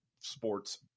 sports